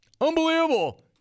Unbelievable